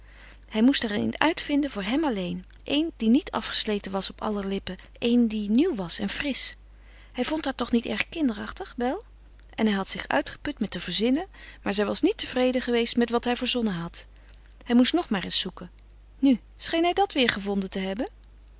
hij moest er een uitvinden voor hem alleen een die niet afgesleten was op aller lippen een die nieuw was en frisch hij vond haar toch niet erg kinderachtig wel en hij had zich uitgeput met te verzinnen maar zij was niet tevreden geweest met wat hij verzonnen had hij moest nog maar eens zoeken nu scheen hij dat gevonden te hebben